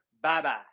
Bye-bye